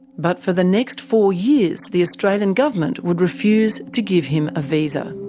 but for the next four years, the australian government would refuse to give him a visa